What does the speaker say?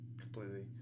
completely